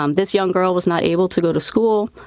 um this young girl was not able to go to school,